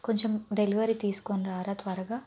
కొంచం డెలివరీ తీసుకొనిరారా త్వరగా